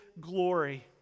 glory